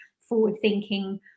forward-thinking